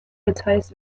details